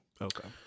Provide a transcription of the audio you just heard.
Okay